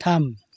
थाम